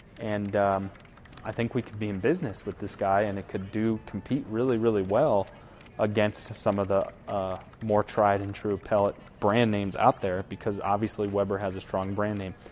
and i think we can be in business with this guy and it could do compete really, really well against some of the ah more tried and true pellet brand names out there because obviously weber has a strong brand name.